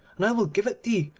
and i will give it thee,